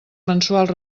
mensuals